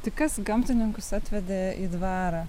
tai kas gamtininkus atvedė į dvarą